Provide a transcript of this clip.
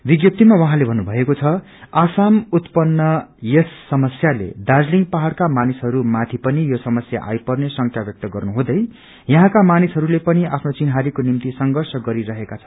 विज्ञप्तीमा उहाँले भन्नु भएको छ असम उत्पन्न यस समस्याले दार्जीलिङ पहाड़का मानिसहरूमाथि पनि यो समस्या आई पर्ने शंका व्यक्त गर्नु हुँदै यहाँका मानिसहरूले पनि आफ्नो चिन्हारीको निम्ति संघर्ष गरि रहेका छन्